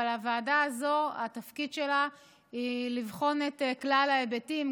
אבל התפקיד של הוועדה הזו הוא לבחון את כלל ההיבטים,